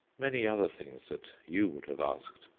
many other things that you would have asked,